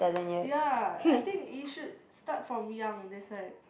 ya I think you should start from young that's why